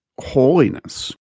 holiness